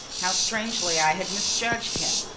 how strangely i had misjudged him!